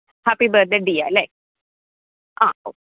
happy birthday Diya അല്ലെ ആ ഓ